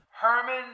Herman